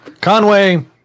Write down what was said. Conway